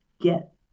get